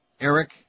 Eric